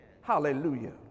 Hallelujah